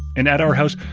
and at our house,